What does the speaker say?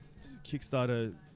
Kickstarter